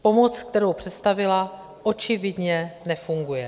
Pomoc, kterou představila, očividně nefunguje.